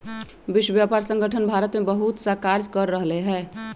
विश्व व्यापार संगठन भारत में बहुतसा कार्य कर रहले है